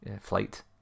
flight